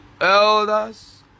elders